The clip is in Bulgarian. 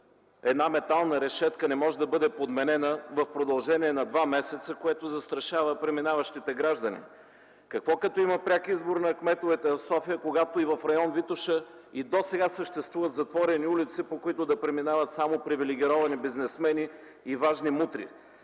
една метална решетка не може да бъде подменена в продължение на два месеца, което застрашава преминаващите граждани?! Какво като има пряк избор на кметовете на София, когато и в район „Витоша” и досега съществуват затворени улици, по които да преминават само привилегировани бизнесмени и важни мутри?!